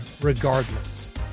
regardless